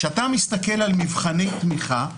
כשאתה מסתכל על מבחני תמיכה,